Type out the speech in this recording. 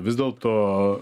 vis dėlto